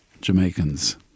Jamaicans